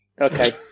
Okay